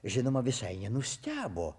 žinoma visai nenustebo